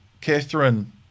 Catherine